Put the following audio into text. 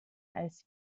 als